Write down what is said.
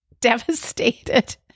devastated